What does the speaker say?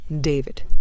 David